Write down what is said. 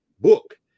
book